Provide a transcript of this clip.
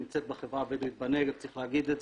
נמצאת בחברה הבדואית בנגב וצריך לומר את זה.